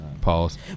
Pause